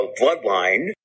bloodline